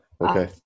Okay